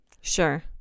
Sure